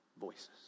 voices